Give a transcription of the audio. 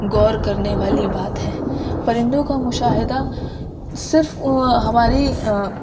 غور کرنے والی بات ہے پرندوں کا مشاہدہ صرف ہماری